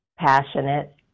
passionate